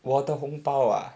我的红包啊